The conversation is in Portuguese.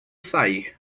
sair